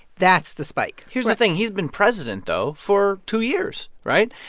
that's the spike here's the thing. he's been president, though, for two years, right?